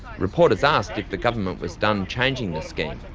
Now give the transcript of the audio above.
reporters asked if the government was done changing the scheme.